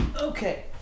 Okay